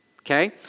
Okay